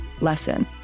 lesson